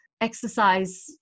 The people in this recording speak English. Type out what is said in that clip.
exercise